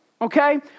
Okay